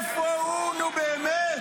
די, די.